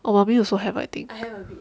or mummy also have I think